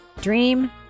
Dream